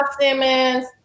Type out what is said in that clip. Simmons